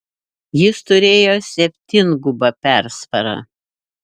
jis turėjo septyngubą persvarą